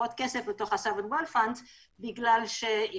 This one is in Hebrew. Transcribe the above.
נכון מה שמרב אומרת,